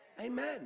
Amen